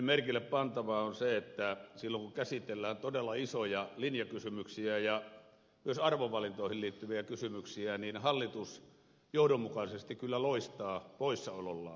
hyvin merkillepantavaa on se että silloin kun käsitellään todella isoja linjakysymyksiä ja myös arvovalintoihin liittyviä kysymyksiä hallitus johdonmukaisesti kyllä loistaa poissaolollaan